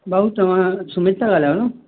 भाउ तव्हां सुमित था ॻाल्हायो न